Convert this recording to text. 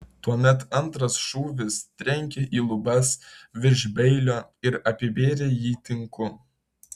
tuomet antras šūvis trenkė į lubas virš beilio ir apibėrė jį tinku